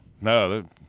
No